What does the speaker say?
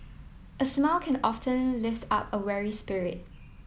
a smile can often lift up a weary spirit